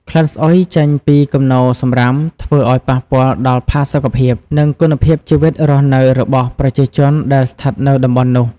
ក្លិនស្អុយចេញពីគំនរសំរាម ធ្វើឲ្យប៉ះពាល់ដល់ផាសុខភាព និងគុណភាពជីវិតរស់នៅរបស់ប្រជាជនដែលស្ថិតនៅតំបន់នោះ។